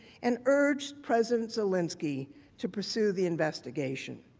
and urged president zelensky to pursue the investigation.